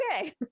okay